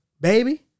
baby